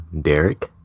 Derek